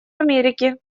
америки